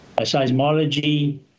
seismology